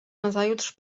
nazajutrz